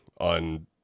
on